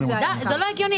זה לא הגיוני.